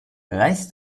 reißt